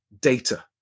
data